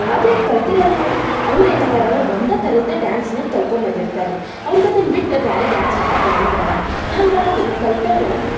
ಅದೇ ಕಲ್ತಿರಲ್ಲ ನೋಡಿರಿ ಅವ್ರೇನು ಇದಾರಲ್ಲ ಒಂದೇ ತರದ್ದೇ ಡ್ಯಾನ್ಸನ್ನ ಕಲ್ತ್ಕೊಂಬಂದಿರ್ತಾರೆ ರಿ ಅವ್ರಿಗೆ ಅದನ್ನು ಬಿಟ್ಟು ಬೇರೆ ಡ್ಯಾನ್ಸ್ ಮಾಡಕ್ಕೆ ಬರಂಗಿಲ್ಲ ರಿ ಹಾಗಾಗಿ ಕಲ್ತವ್ರು